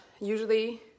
usually